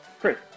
Chris